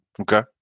Okay